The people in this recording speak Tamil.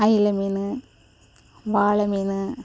ஐல மீன் வாளை மீன்